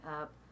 up